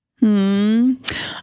-hmm